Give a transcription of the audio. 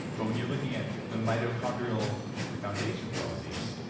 but when you're looking at the mitochondrial foundation for all of these,